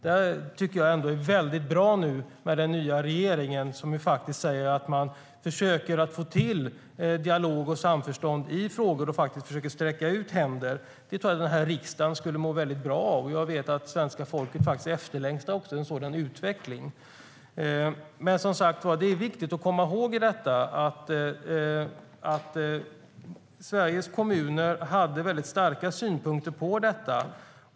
Det är nu väldigt bra med den nya regeringen. Den försöker få till dialog och samförstånd i frågor och försöker att sträcka ut händer. Det skulle riksdagen må väldigt bra av. Jag vet att svenska folket längtar efter en sådan utveckling. Det är viktigt att komma ihåg att Sveriges kommuner hade väldigt starka synpunkter på detta.